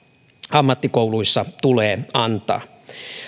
ammattikouluissa tulee antaa